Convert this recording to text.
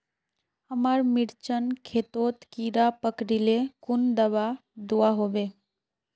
हमार मिर्चन खेतोत कीड़ा पकरिले कुन दाबा दुआहोबे?